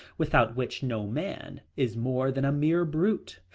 without which no man is more than a mere brute,